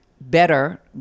better